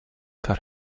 cut